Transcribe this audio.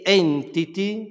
entity